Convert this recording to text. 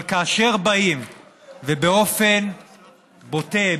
אבל כאשר באים ובאופן בוטה,